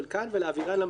ולהעבירן לממונה,